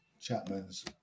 Chapman's